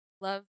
Love